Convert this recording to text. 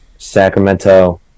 Sacramento